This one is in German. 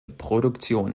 produktion